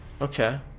Okay